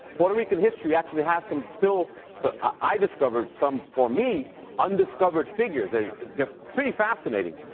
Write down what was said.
puerto rican history actually has some still so i discovered some for me undiscovered figures. ah they're pretty fascinating.